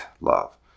love